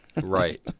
Right